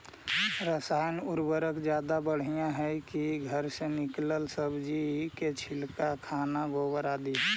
रासायन उर्वरक ज्यादा बढ़िया हैं कि घर से निकलल सब्जी के छिलका, खाना, गोबर, आदि?